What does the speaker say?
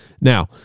Now